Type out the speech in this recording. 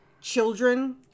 children